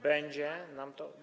Będzie nam to.